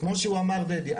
כמו שהוא אמר דדי,